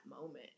moment